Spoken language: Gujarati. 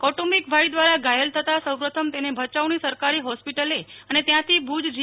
કોટુંબિક ભાઈ દ્વારા ઘાયલ થતા સૌપ્રથમ તેને ભચાઉની સરકારી હોસ્પિટલે અને ત્યાંથી ભુજ જી